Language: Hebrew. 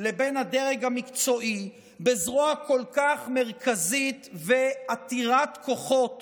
לבין הדרג המקצועי בזרוע כל כך מרכזית ועתירת כוחות